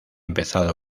empezado